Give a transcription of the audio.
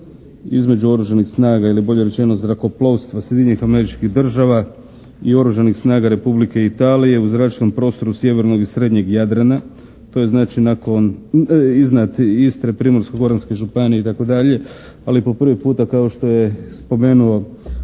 između oružanih snaga ili bolje rečeno zrakoplovstva Sjedinjenih Američkih Država i oružanih snaga Republike Italije u zračnom prostoru sjevernog i srednjeg Jadrana. To je znači nakon, iznad Istre, Primorsko-Goranske županije i tako dalje, ali po prvi puta kao što je spomenuo